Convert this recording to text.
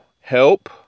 help